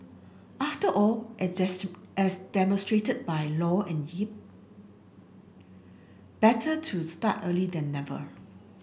after all as as demonstrated by Low and Yip better to start a then never